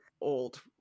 old